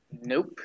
Nope